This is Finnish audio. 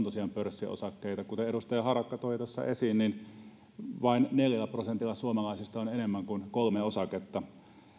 tosiaan pörssiosakkeita kuten edustaja harakka toi esiin vain neljällä prosentilla suomalaisista on enemmän kuin kolme osaketta